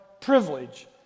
privilege